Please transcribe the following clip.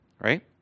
right